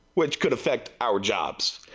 which could affect our jobs.